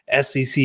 SEC